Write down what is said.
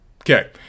Okay